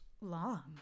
long